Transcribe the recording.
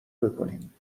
بکنیم